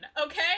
okay